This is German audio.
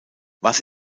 was